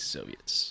Soviets